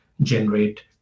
generate